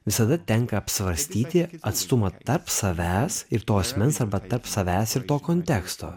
visada tenka apsvarstyti atstumą tarp savęs ir to asmens arba tarp savęs ir to konteksto